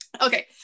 Okay